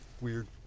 Weird